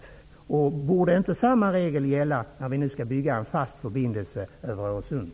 Så brukar man väl göra? Borde inte samma regel gälla när vi nu skall bygga en fast förbindelse över Öresund?